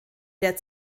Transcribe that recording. der